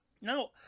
Now